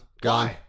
gone